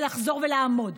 ולחזור ולעמוד.